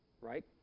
right